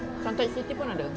suntec city pun ada